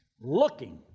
Looking